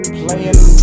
playing